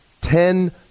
Ten